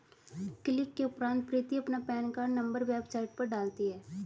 click के उपरांत प्रीति अपना पेन कार्ड नंबर वेबसाइट पर डालती है